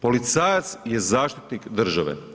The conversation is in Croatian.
Policajac je zaštitnik države.